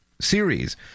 series